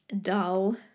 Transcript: dull